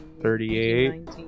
thirty-eight